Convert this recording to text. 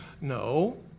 No